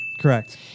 Correct